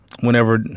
whenever